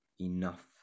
enough